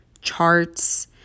charts